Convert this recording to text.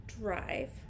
drive